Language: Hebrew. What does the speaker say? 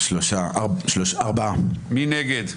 מי נגד?